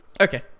Okay